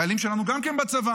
חיילים שלנו גם כן בצבא,